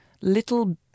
little